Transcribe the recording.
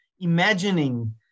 imagining